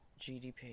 GDP